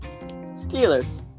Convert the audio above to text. Steelers